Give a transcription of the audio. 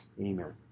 Amen